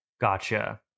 Gotcha